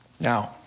Now